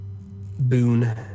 boon